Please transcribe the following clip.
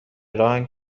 راهن